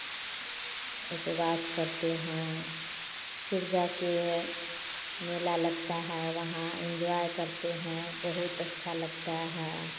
उपवास करते हैं फिर जा कर मेला लगता है वहाँ एंजॉय करते हैं बहुत अच्छा लगता है